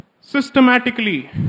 Systematically